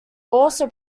also